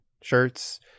shirts